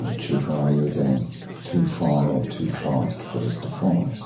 ah chief rabbi, you're going too far or too fast for us to follow.